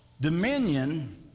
Dominion